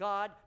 God